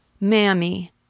Mammy